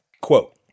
quote